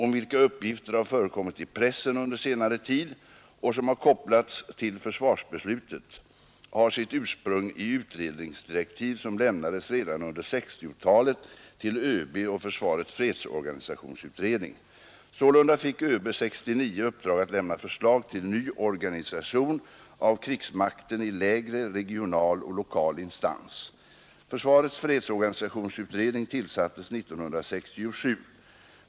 om vilka uppgifter har förekommit i pressen under senare tid och som har kopplats till försvarsbeslutet har sitt ursprung i utredningsdirektiv som lämnades redan under 1960-talet till överbefälhavaren och försvarets fredsorganisationsutredning. Sålunda fick överbefälhavaren 1969 uppdrag att lämna förslag till ny organisation av krigsmakten i lägre regional och lokal instans. Försvarets fredsorganisationsutredning tillsattes 1967.